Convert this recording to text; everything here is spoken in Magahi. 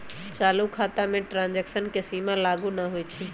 चालू खता में ट्रांजैक्शन के सीमा लागू न होइ छै